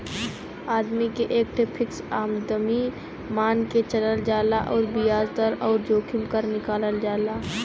आदमी के एक ठे फ़िक्स आमदमी मान के चलल जाला अउर बियाज दर अउर जोखिम दर निकालल जाला